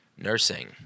Nursing